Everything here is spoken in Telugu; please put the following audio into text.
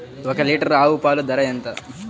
ఒక్క లీటర్ ఆవు పాల ధర ఎంత?